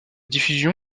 diffusion